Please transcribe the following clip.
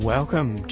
Welcome